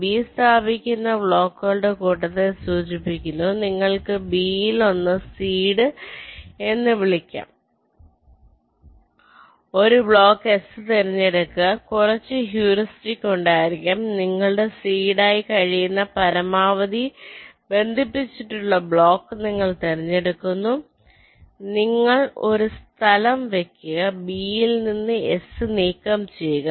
B സ്ഥാപിക്കുന്ന ബ്ലോക്കുകളുടെ കൂട്ടത്തെ സൂചിപ്പിക്കുന്നു നിങ്ങൾ ബിയിൽ നിന്ന് സീഡ് എന്ന് വിളിക്കുന്ന ഒരു ബ്ലോക്ക് S തിരഞ്ഞെടുക്കുക കുറച്ച് ഹ്യൂറിസ്റ്റിക് ഉണ്ടായിരിക്കാം നിങ്ങളുടെ സീഡായി കഴിയുന്ന പരമാവധി ബന്ധിപ്പിച്ചിട്ടുള്ള ബ്ലോക്ക് നിങ്ങൾ തിരഞ്ഞെടുക്കുന്നു നിങ്ങൾ ഒരു സ്ഥലം വയ്ക്കുക B യിൽ നിന്ന് S നീക്കം ചെയ്യുക